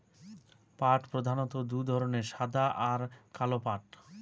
পাট প্রধানত দু ধরনের সাদা পাট আর কালো পাট